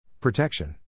Protection